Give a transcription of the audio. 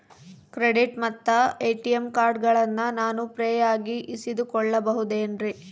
Credit ಮತ್ತ ATM ಕಾರ್ಡಗಳನ್ನ ನಾನು ಫ್ರೇಯಾಗಿ ಇಸಿದುಕೊಳ್ಳಬಹುದೇನ್ರಿ?